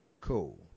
cool